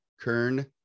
kern